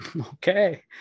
okay